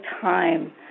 time